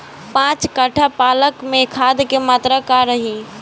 पाँच कट्ठा पालक में खाद के मात्रा का रही?